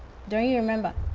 don't you remember?